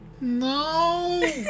No